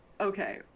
okay